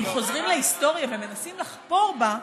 אם חוזרים להיסטוריה ומנסים לחפור בה,